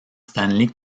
stanley